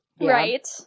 Right